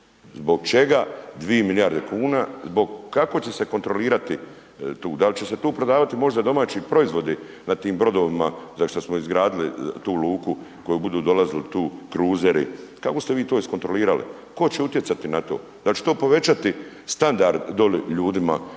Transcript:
zbog čega 2 milijarde kuna, kako će se kontrolirati tu, dal' će se tu prodavati možda domaći proizvodi na tim brodovima za što smo izgradili tu luku u koju budu dolazili tu kruzeri, kako ste vi to iskontrolirali? Tko će utjecati na to? Da li će to povećati standard dole ljudima,